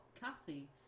kathy